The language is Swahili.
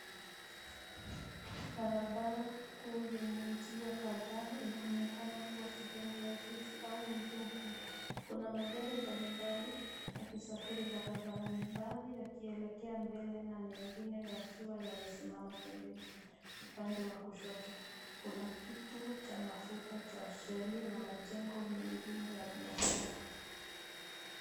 Barabara kuu yenye njia kadhaa inaonekana kuwa sehemu ya jiji au mji mkubwa. Kuna magari mbalimbali yakisafiri barabarani. Baadhi yakielekea mbele na mengine yakiwa yamesimama pembeni. Upande wa kushoto kuna kituo cha mafuta cha sheli na majengo mengine ya biashara.